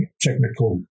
technical